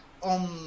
on